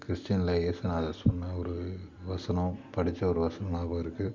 க்றிஸ்டியன்ல ஏசுநாதர் சொன்ன ஒரு வசனம் படிச்ச ஒரு வசனம் ஞாபகம் இருக்கு